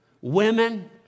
women